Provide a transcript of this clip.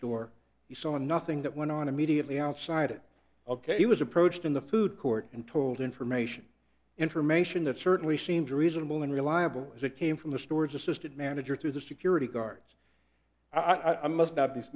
store he saw nothing that went on immediately outside it ok he was approached in the food court and told information information that certainly seemed reasonable and reliable as it came from the storage assistant manager through the security guards i must